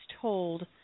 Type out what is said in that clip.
told